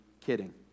kidding